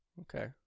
Okay